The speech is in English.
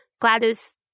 Gladys